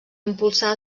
impulsar